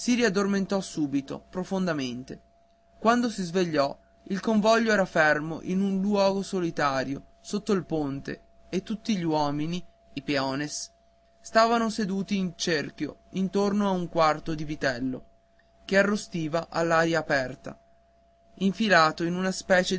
raddormentò subito profondamente quando si svegliò il convoglio era fermo in un luogo solitario sotto il sole e tutti gli uomini i peones stavan seduti in cerchio intorno a un quarto di vitello che arrostiva all'aria aperta infilato in una specie